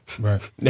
Right